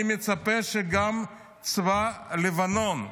אני מצפה שגם צבא לבנון,